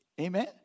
Amen